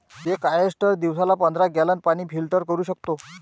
एक ऑयस्टर दिवसाला पंधरा गॅलन पाणी फिल्टर करू शकतो